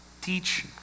teach